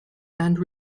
and